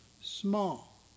small